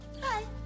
Hi